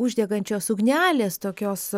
uždegančios ugnelės tokios